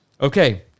Okay